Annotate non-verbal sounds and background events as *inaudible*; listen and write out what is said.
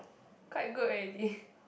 quite good *breath* already